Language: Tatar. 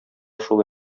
шул